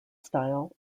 style